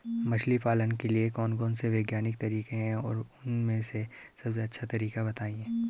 मछली पालन के लिए कौन कौन से वैज्ञानिक तरीके हैं और उन में से सबसे अच्छा तरीका बतायें?